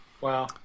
Wow